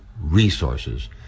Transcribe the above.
resources